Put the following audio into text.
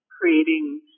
creating